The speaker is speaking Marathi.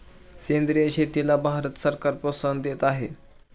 सेंद्रिय शेतीला भारत सरकार प्रोत्साहन देत आहे